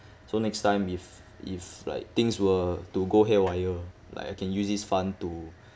so next time if if like things were to go haywire like I can use this fund to